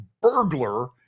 burglar